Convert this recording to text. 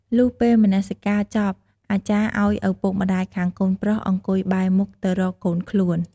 លុះពេលនមស្សការចប់អាចារ្យ ឲ្យឪពុកម្តាយខាងកូនប្រុស អង្គុយ បែរមុខទៅរកកូនខ្លួន ។